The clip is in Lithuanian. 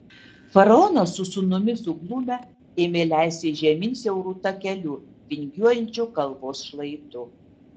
faraonas su sūnumi suglumę ėmė leistis žemyn siauru takeliu vingiuojančiu kalvos šlaitu